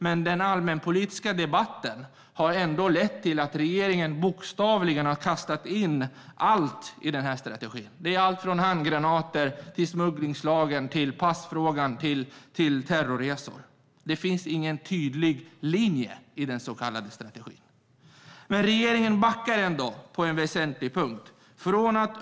Men den allmänpolitiska debatten har lett till att regeringen bokstavligen har kastat in allt i den här strategin. Det är allt från handgranater till smugglingslagen, passfrågan och terrorresor. Det finns ingen tydlig linje i den så kallade strategin. Regeringen backar på en väsentlig punkt.